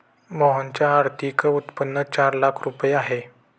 मोहनचे वार्षिक उत्पन्न चार लाख रुपये आहे